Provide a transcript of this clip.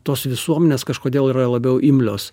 tos visuomenės kažkodėl yra labiau imlios